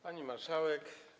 Pani Marszałek!